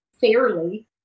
fairly